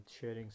sharing